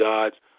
God's